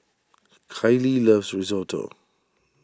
Kylie loves Risotto